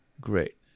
Great